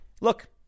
Look